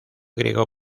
griego